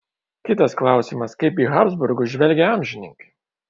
kitas klausimas kaip į habsburgus žvelgė amžininkai